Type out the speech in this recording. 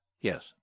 Yes